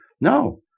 No